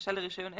בקשה לרישיון עסק?